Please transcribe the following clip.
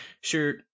Sure